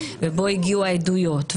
שבו הגיעו העדויות,